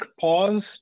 pause